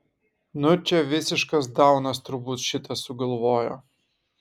nu čia visiškas daunas turbūt šitą sugalvojo